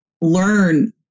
learn